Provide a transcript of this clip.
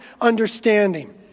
understanding